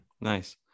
Nice